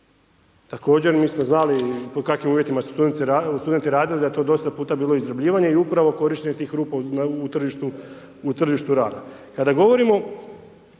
Također, mi smo znali u kakvim uvjetima su studenti radili, da je to dosta puta bilo izrabljivanja i upravo korištenja tih rupa u tržištu rada.